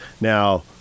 Now